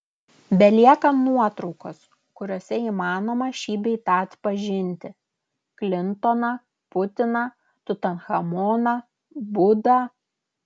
belieka nuotraukos kuriose įmanoma šį bei tą atpažinti klintoną putiną tutanchamoną budą